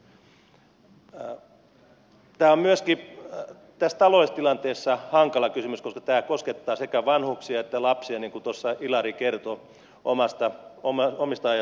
tämä on myöskin tässä taloudellisessa tilanteessa hankala kysymys koska tämä koskettaa sekä vanhuksia että lapsia niin kuin ilari kertoi omista ajatuksistaan